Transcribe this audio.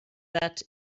that